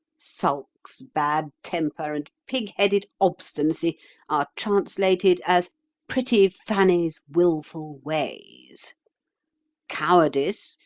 sulks, bad temper, and pig-headed obstinacy are translated as pretty fanny's wilful ways cowardice,